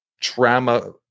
trauma